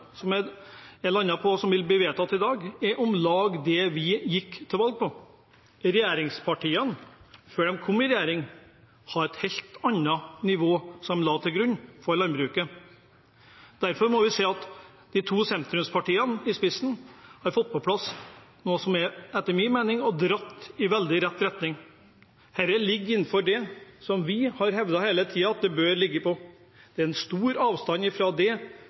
overføringsnivået man har landet på, som vil bli vedtatt i dag, er om lag det vi gikk til valg på. Regjeringspartiene, før de kom i regjering, la til grunn et helt annet nivå for landbruket. Derfor kan vi si at med de to sentrumspartiene i spissen har man fått på plass noe som etter min mening har dratt i rett retning. Dette ligger innenfor det vi hele tiden har hevdet at det bør ligge på. Det er stor avstand fra det